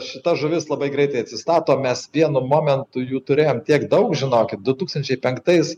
šita žuvis labai greitai atsistato mes vienu momentu jų turėjom tiek daug žinokit du tūkstančiai penktais